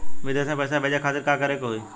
विदेश मे पैसा भेजे खातिर का करे के होयी?